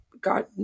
God